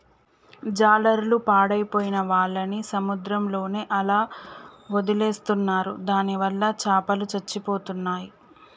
జాలర్లు పాడైపోయిన వాళ్ళని సముద్రంలోనే అలా వదిలేస్తున్నారు దానివల్ల చాపలు చచ్చిపోతున్నాయి